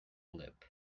lip